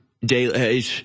daily